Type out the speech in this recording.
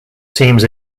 teams